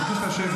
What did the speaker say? הנכדים שלך יחיו,